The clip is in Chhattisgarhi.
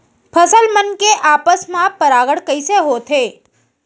फसल मन के आपस मा परागण कइसे होथे?